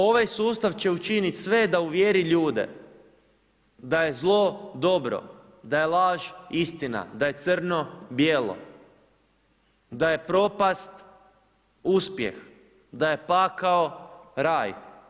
Ovaj sustav će učiniti sve da uvjeri ljude da je zlo dobro, da je laž istina, da je crno bijelo, da je propast uspjeh, da je pakao raj.